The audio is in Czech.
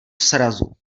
srazu